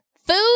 Food